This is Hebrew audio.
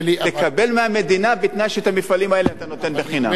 תקבל מהמדינה בתנאי שאת המפעלים האלה אתה נותן חינם.